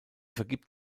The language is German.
vergibt